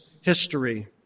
history